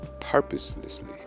purposelessly